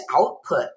output